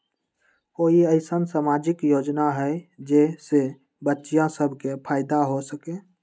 कोई अईसन सामाजिक योजना हई जे से बच्चियां सब के फायदा हो सके?